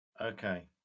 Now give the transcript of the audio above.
Okay